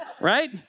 right